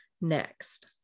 next